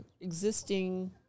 existing